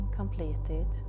completed